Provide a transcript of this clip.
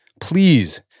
Please